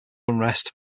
unrest